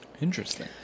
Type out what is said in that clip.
Interesting